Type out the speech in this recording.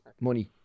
money